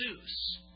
Zeus